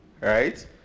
right